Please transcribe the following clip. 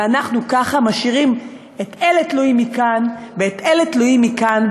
ואנחנו ככה משאירים את אלה תלויים מכאן ואת אלה תלויים מכאן.